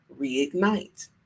reignite